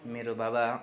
मेरो बाबा